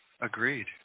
agreed